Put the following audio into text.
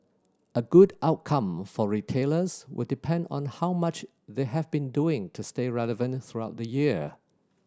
a good outcome for retailers will depend on how much they have been doing to stay relevant throughout the year